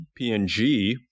PNG